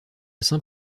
saint